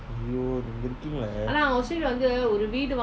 ஐயோநீங்கஇருக்கீங்களே:aiyoo neenka irukkeenkale